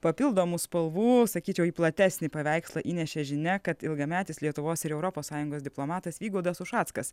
papildomų spalvų sakyčiau į platesnį paveikslą įnešė žinia kad ilgametis lietuvos ir europos sąjungos diplomatas vygaudas ušackas